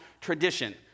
tradition